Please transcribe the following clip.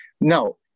No